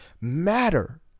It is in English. matter